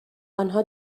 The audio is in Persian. آنها